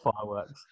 fireworks